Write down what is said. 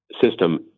system